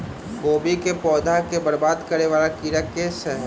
कोबी केँ पौधा केँ बरबाद करे वला कीड़ा केँ सा है?